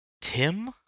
tim